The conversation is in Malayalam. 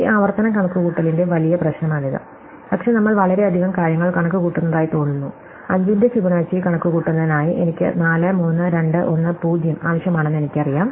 ഈ ആവർത്തന കണക്കുകൂട്ടലിന്റെ വലിയ പ്രശ്നമാണിത് പക്ഷേ നമ്മൾ വളരെയധികം കാര്യങ്ങൾ കണക്കുകൂട്ടുന്നതായി തോന്നുന്നു 5 ന്റെ ഫിബൊനാച്ചി കണക്കുകൂട്ടുന്നതിനായി എനിക്ക് 4 3 2 1 0 ആവശ്യമാണെന്ന് എനിക്കറിയാം